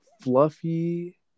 Fluffy